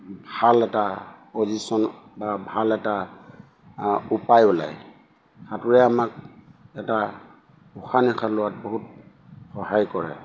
ভাল এটা পজিশ্যন বা ভাল এটা উপায় ওলায় সাঁতোৰে আমাক এটা উশাহ নিশাহ লোৱাত বহুত সহায় কৰে